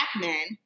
men